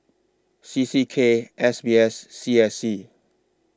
C C K S B S C S C